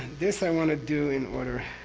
this i want to do in order.